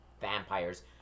vampires